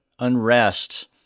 unrest